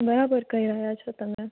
બરાબર કહી રહ્યા છો તમે